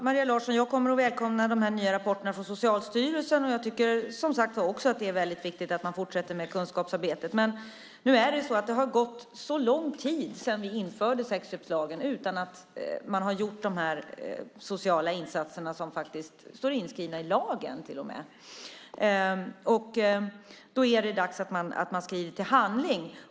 Herr talman! Maria Larsson, jag välkomnar de nya rapporterna som ska komma från Socialstyrelsen, och jag tycker som sagt var också att det är väldigt viktigt att fortsätta med kunskapsarbetet. Men nu har det gått lång tid sedan vi införde sexköpslagen, och man har ännu inte gjort de sociala insatser som till och med står inskrivna i lagen. Därför är det nu dags att skrida till handling.